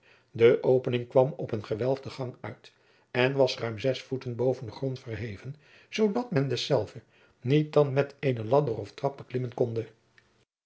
de opening kwam op een gewelfden gang uit en was ruim zes voeten boven den grond verheven zoodat men dezelve niet dan met eenen ladder of trap beklimmen konde